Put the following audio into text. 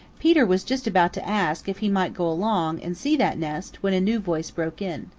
peter was just about to ask if he might go along and see that nest when a new voice broke in.